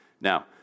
Now